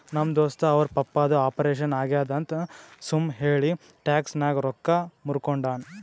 ನಮ್ ದೋಸ್ತ ಅವ್ರ ಪಪ್ಪಾದು ಆಪರೇಷನ್ ಆಗ್ಯಾದ್ ಅಂತ್ ಸುಮ್ ಹೇಳಿ ಟ್ಯಾಕ್ಸ್ ನಾಗ್ ರೊಕ್ಕಾ ಮೂರ್ಕೊಂಡಾನ್